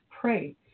pray